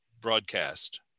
broadcast